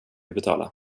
betala